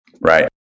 Right